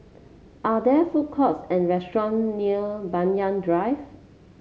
are there food courts and restaurant near Banyan Drive